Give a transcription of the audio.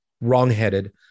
wrongheaded